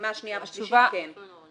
בפעימה שנייה ושלישית, כן.